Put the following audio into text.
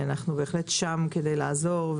אנחנו בהחלט שם כדי לעזור.